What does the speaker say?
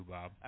Bob